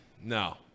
no